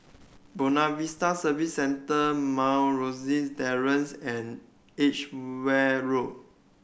Buona Vista Service Centre Mount Rosie Terrace and Edgware Road